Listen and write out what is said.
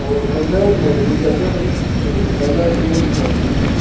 ꯑꯣ ꯒꯖꯔ ꯂꯩꯔꯗꯤ ꯒꯖꯔ ꯒꯖꯔꯗꯨ ꯑꯣꯏꯅ ꯇꯧꯁꯤꯅꯦ